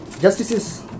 Justices